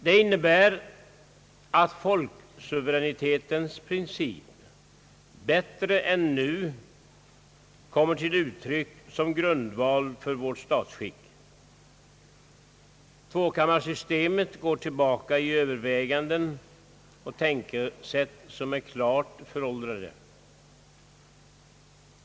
Det innebär att folksuveränitetens princip bättre än nu kommer till uttryck som grundval för vårt statsskick. Tvåkammarsystemet går tillbaka på överväganden och tänkesätt som är klart föråldrade.